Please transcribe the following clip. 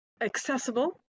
accessible